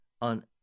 on